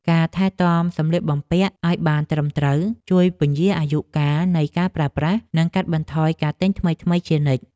ការថែទាំសម្លៀកបំពាក់ឱ្យបានត្រឹមត្រូវជួយពន្យារអាយុកាលនៃការប្រើប្រាស់ និងកាត់បន្ថយការទិញថ្មីៗជានិច្ច។